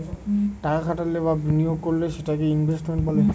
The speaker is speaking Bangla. টাকা খাটালে বা বিনিয়োগ করলে সেটাকে ইনভেস্টমেন্ট বলে